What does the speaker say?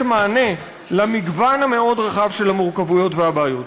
מענה למגוון המאוד-רחב של המורכבויות והבעיות.